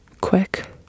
Quick